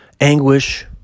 anguish